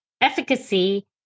efficacy